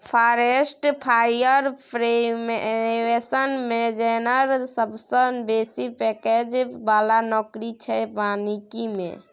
forest fire prevention manager सबसँ बेसी package बला नौकरी छै बानिकी मे